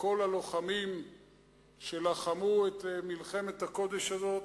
לכל הלוחמים שלחמו את מלחמת הקודש הזאת,